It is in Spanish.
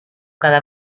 cada